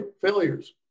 failures